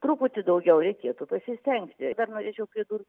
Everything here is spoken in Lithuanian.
truputį daugiau reikėtų pasistengti dar norėčiau pridurt